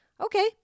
Okay